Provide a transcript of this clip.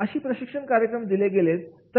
अशी प्रशिक्षण कार्यक्रम दिले गेलेले